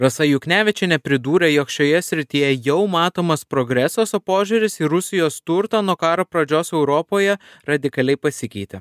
rasa juknevičienė pridūrė jog šioje srityje jau matomas progresas požiūris į rusijos turtą nuo karo pradžios europoje radikaliai pasikeitė